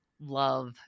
love